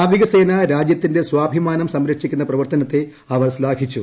നാവികസേന രാജ്യത്തിന്റെ സ്വാഭിമാനം സംരക്ഷിക്കുന്ന പ്രവർത്തനത്തെ അവർ ശ്നാഘിച്ചു